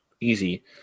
Easy